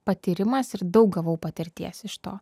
patyrimas ir daug gavau patirties iš to